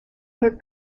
her